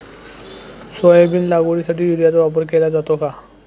Soybean लागवडीसाठी युरियाचा वापर केला जातो का?